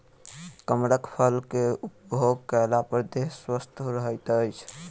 कमरख फल के उपभोग कएला पर देह स्वस्थ रहैत अछि